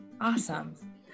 Awesome